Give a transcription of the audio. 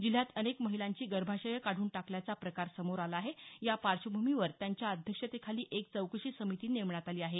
जिल्ह्यात अनेक महिलांची गर्भाशय काढून टाकल्याचा प्रकार समोर आला आहे या पार्श्वभूमीवर त्यांच्या अध्यक्षतेखाली एक चौकशी समिती नेमण्यात आली आहे